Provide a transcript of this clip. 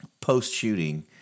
post-shooting